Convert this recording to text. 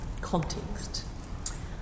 context